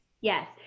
yes